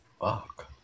Fuck